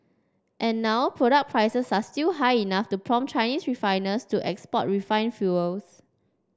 and now product prices are still high enough to prompt Chinese refiners to export refined fuels